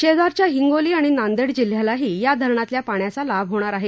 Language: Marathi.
शेजारच्या हिंगोली आणि नांदेड जिल्ह्यालाही या धरणातल्या पाण्याचा लाभ होणार आहे